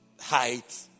height